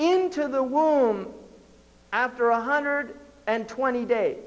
into the womb after one hundred and twenty days